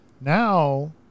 now